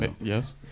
Yes